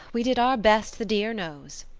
we did our best, the dear knows.